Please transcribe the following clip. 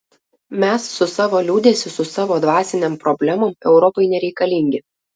mes su savo liūdesiu su savo dvasinėm problemom europai nereikalingi